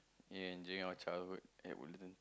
ya enjoying our childhood at Woodlands